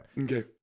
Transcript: okay